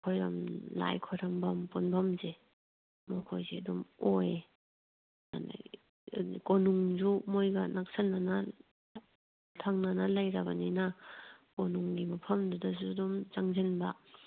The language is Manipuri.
ꯂꯥꯏ ꯈꯣꯏꯔꯝꯐꯃ ꯄꯨꯟꯐꯝꯁꯦ ꯃꯈꯣꯏꯁꯦ ꯑꯗꯨꯝ ꯑꯣꯏꯌꯦ ꯑꯗꯒꯤ ꯀꯣꯅꯨꯡꯁꯨ ꯃꯈꯣꯏꯒ ꯅꯛꯁꯟꯅꯅ ꯊꯪꯅꯅ ꯂꯩꯔꯕꯅꯤꯅ ꯀꯣꯅꯨꯡꯒꯤ ꯃꯐꯝꯗꯨꯗꯁꯨ ꯑꯗꯨꯝ ꯆꯪꯁꯤꯟꯕ